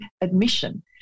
admission